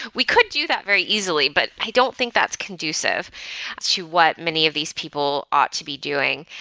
we could do that very easily, but i don't think that's conducive to what many of these people ought to be doing.